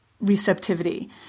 receptivity